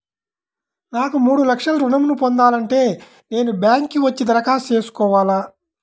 నాకు మూడు లక్షలు ఋణం ను పొందాలంటే నేను బ్యాంక్కి వచ్చి దరఖాస్తు చేసుకోవాలా?